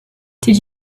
did